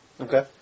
Okay